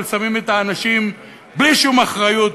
אבל שמים את האנשים בלי שום אחריות,